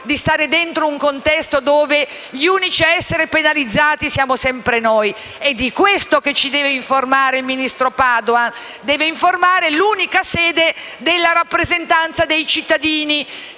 di stare dentro un contesto in cui gli unici a essere penalizzati siamo sempre noi. È di questo che ci deve informare il ministro Padoan; deve cioè informare l'unica sede della rappresentanza dei cittadini,